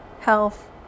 Health